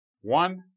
One